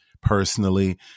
personally